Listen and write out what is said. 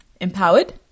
empowered